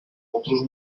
otros